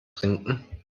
trinken